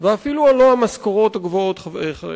ואפילו לא המשכורות הגבוהות של ראשי האוניברסיטאות,